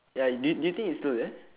ya do you do you think it's still there